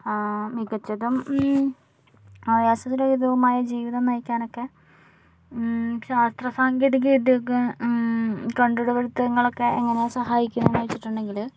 മികച്ചതും ആയാസകരവുമായ ജീവിതം നയിക്കാനൊക്കെ ശാസ്ത്ര സാങ്കേതിക വിദ്യയൊക്കെ കണ്ടുപിടുത്തങ്ങൾ ഒക്കെ എങ്ങനെയാണ് സഹായിക്കുക എന്ന് ചോദിച്ചിട്ടുണ്ടെങ്കിൽ